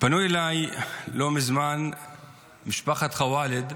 לא מזמן פנו אליי משפחת ח'וואלד,